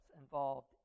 involved